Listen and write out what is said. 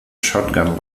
shotgun